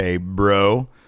Bro